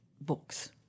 books